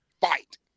fight